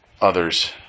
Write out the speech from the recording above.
others